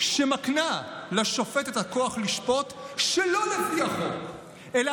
שמקנה לשופט את הכוח לשפוט שלא לפי החוק אלא